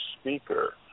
speaker